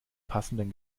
passenden